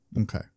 Okay